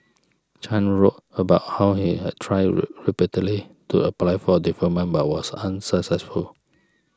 Chan wrote about how he had tried repeatedly to apply for deferment but was unsuccessful